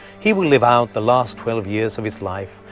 he will live out the last twelve years of his life,